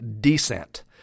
descent